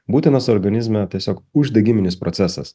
būtinas organizme tiesiog uždegiminis procesas